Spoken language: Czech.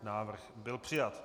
Návrh byl přijat.